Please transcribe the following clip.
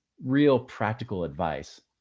real practical advice.